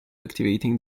activating